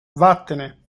vattene